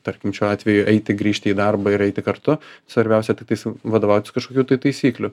tarkim šiuo atveju eiti grįžti į darbą ir eiti kartu svarbiausia tiktais vadovautis kažkokių tai taisyklių